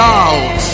out